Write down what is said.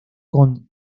con